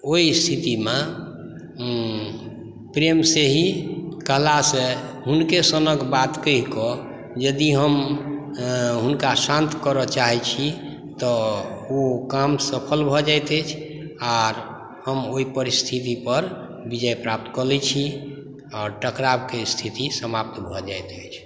ओहि स्थितिमे प्रेमसँही कलासँ हुनके सनक बात कहिकऽ यदि हम हुनका शान्त करऽ चाहै छी तऽ ओ काम सफल भऽ जाइत अछि आओर हम ओहि परिस्थितिपर विजय प्राप्त कऽ लै छी आओर टकरावके स्थिति समाप्त भऽ जाइत अछि